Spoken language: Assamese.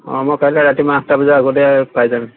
অঁ মই কালিলৈ ৰাতিপুৱা আঠটা বজাৰ আগতেই পাই যাম